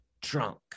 drunk